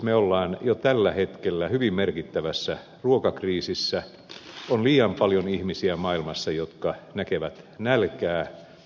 me olemme jo tällä hetkellä hyvin merkittävässä ruokakriisissä on liian paljon ihmisiä maailmassa jotka näkevät nälkää